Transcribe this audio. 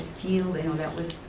feel that was